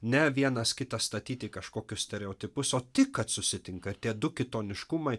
ne vienas kitą statyt į kažkokius stereotipus o tik kad susitinka ir tie du kitoniškumai